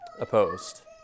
opposed